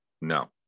no